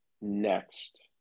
next